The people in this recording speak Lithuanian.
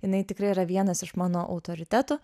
jinai tikrai yra vienas iš mano autoritetų